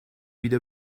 wieder